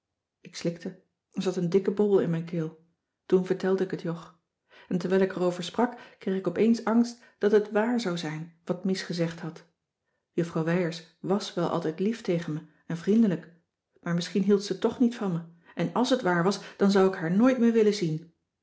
ik slikte er zat een dikke bobbel in mijn keel toen vertelde ik het jog en terwijl ik er over sprak kreeg ik opeens angst dat het waàr zou zijn wat mies gezegd had juffrouw wijers wàs wel altijd lief tegen me en vriendelijk maar misschien hield ze toch niet van me en àls het waàr was dan zou ik haar nooit meer willen zien